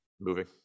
Moving